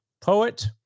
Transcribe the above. poet